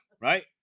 right